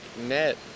net